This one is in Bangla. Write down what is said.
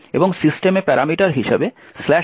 এবং সিস্টেমে প্যারামিটার হিসাবে binbash পাস করতে হবে